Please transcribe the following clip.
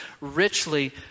richly